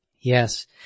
Yes